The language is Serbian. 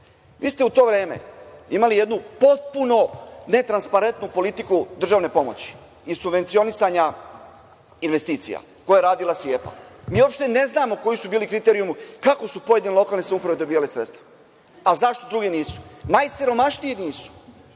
ste u to vreme imali jednu potpuno netransparentnu politiku državne pomoći i subvencionisanja investicija koje je radila SIEPA. Mi uopšte ne znamo koji su bili kriterijumi, kako su pojedine lokalne samouprave dobijale sredstva, a zašto drugi nisu. Najsiromašniji nisu,